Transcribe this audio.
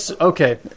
okay